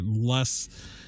less